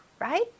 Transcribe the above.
right